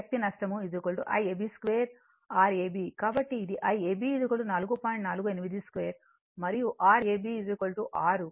48 2 మరియు R ab 6 కాబట్టి ఇది 120 వాట్